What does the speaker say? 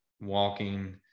walking